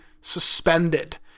suspended